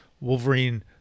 Wolverine